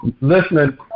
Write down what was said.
listening